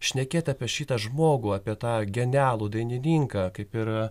šnekėt apie šitą žmogų apie tą genialų dainininką kaip ir